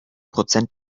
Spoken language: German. prozent